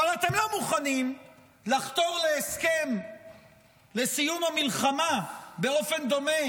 אבל אתם לא מוכנים לחתור להסכם לסיום המלחמה באופן דומה